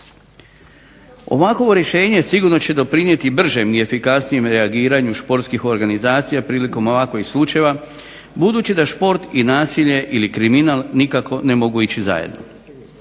Ovakovo rješenje sigurno će doprinijeti bržem i efikasnijem reagiranju športskih organizacija prilikom ovakovih slučajeva, budući da šport i nasilje ili kriminal nikako ne mogu ići zajedno.